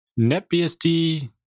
NetBSD